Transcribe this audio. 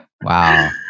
Wow